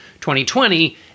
2020